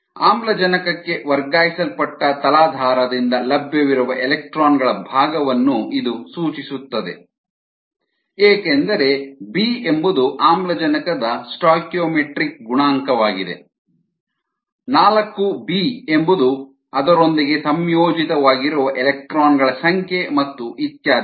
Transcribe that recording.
ಆಮ್ಲಜನಕಕ್ಕೆ ವರ್ಗಾಯಿಸಲ್ಪಟ್ಟ ತಲಾಧಾರದಿಂದ ಲಭ್ಯವಿರುವ ಎಲೆಕ್ಟ್ರಾನ್ ಗಳ ಭಾಗವನ್ನು ಇದು ಸೂಚಿಸುತ್ತದೆ ಏಕೆಂದರೆ ಬಿ ಎಂಬುದು ಆಮ್ಲಜನಕದ ಸ್ಟಾಯ್ಕಿಯೋಮೆಟ್ರಿಕ್ ಗುಣಾಂಕವಾಗಿದೆ 4b 4ಬಿ ಎಂಬುದು ಅದರೊಂದಿಗೆ ಸಂಯೋಜಿತವಾಗಿರುವ ಎಲೆಕ್ಟ್ರಾನ್ ಗಳ ಸಂಖ್ಯೆ ಮತ್ತು ಇತ್ಯಾದಿಗಳು